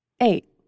Eight